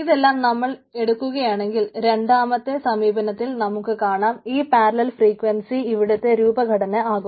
ഇതെല്ലാം നമ്മൾ എടുക്കുകയാണെങ്കിൽ രണ്ടാമത്തെ സമീപനത്തിൽ നമുക്ക് കാണാം ഈ പാരലൽ ഫ്രീക്വൻസി ഇവിടുത്തെ രൂപഘടന ആകും